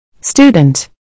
Student